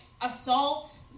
assault